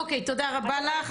אוקיי, תודה רבה לך.